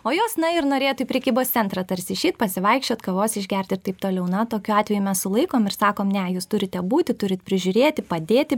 o jos na ir norėtų į prekybos centrą tarsi išeit pasivaikščiot kavos išgert ir taip toliau na tokiu atveju mes sulaikom ir sakom ne jūs turite būti turit prižiūrėti padėti